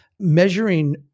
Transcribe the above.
measuring